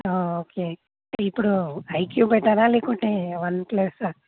okay ఇప్పుడు iQOO బెటరా లేకుంటే వన్ ప్లస్సా